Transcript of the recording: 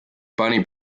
bunny